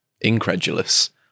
incredulous